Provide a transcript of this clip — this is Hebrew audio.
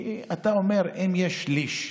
כי אתה אומר, אם יש שליש,